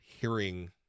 hearing